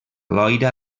loira